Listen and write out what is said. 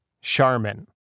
Charmin